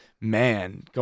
man